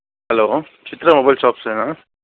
hello Chitra mobile shops ఏనా